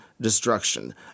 destruction